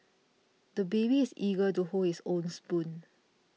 the baby is eager to hold his own spoon